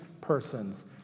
person's